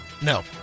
No